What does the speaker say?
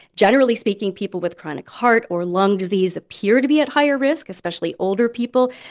generally speaking, people with chronic heart or lung disease appear to be at higher risk, especially older people.